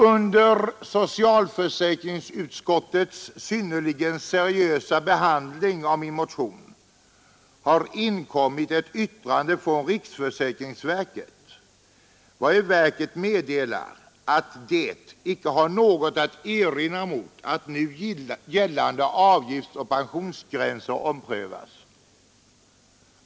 Under socialförsäkringsutskottets synnerligen seriösa behandling av min motion har inkommit ett yttrande från riksförsäkringsverket, vari verket meddelar att det icke har något att erinra mot att nu gällande avgiftsoch pensionsgränser omprövas.